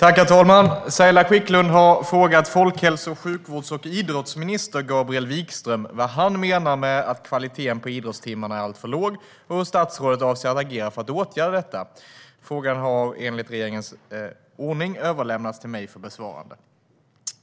Herr talman! Saila Quicklund har frågat folkhälso-, sjukvårds och idrottsminister Gabriel Wikström vad han menar med att kvaliteten på idrottstimmarna är alltför låg och hur statsrådet avser att agera för att åtgärda detta. Frågan har överlämnats till mig för besvarande.